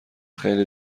خیلی